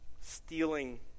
stealing